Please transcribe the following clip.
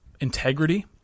integrity